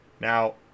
Now